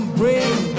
bring